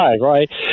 right